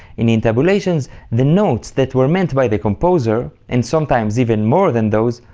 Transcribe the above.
in intabulations the notes that were meant by the composer, and sometimes even more than those,